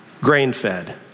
grain-fed